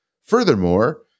Furthermore